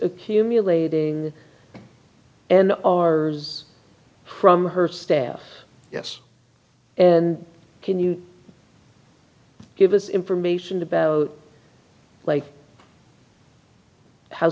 accumulating and ours from her staff yes and can you give us information about later how